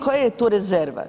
Koja je tu rezerva?